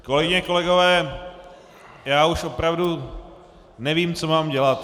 Kolegyně, kolegové, já už opravdu nevím, co mám dělat.